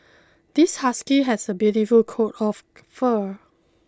this husky has a beautiful coat of fur